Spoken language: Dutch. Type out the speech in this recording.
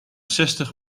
zestig